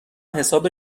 حساب